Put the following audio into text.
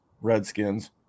Redskins